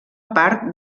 part